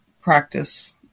practice